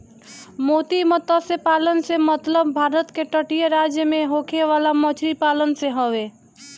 मोती मतस्य पालन से मतलब भारत के तटीय राज्य में होखे वाला मछरी पालन से हवे